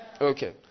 okay